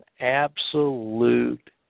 absolute